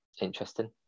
interesting